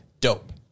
Dope